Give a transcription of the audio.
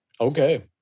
Okay